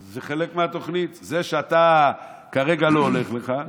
זה חלק מהתוכנית, זה שכרגע לא הולך לך.